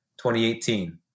2018